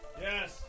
Yes